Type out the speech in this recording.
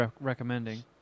recommending